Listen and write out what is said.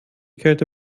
kälte